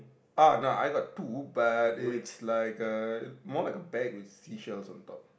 uh no I got two but is like a more like a bag with sea shells on top